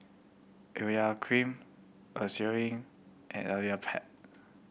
Urea Cream Eucerin and